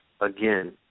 again